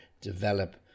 develop